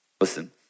Listen